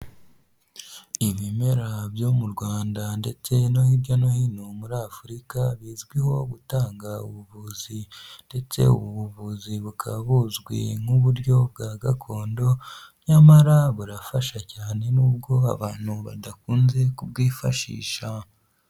Ibimera byo mu Rwanda ndetse no hirya no hino muri afurika, bizwiho gutanga ubuvuzi, ndetse ubu buvuzi bukaba buzwi nk'uburyo bwa gakondo, nyamara burafasha cyane nubwo abantu badakunze kubwifashisha.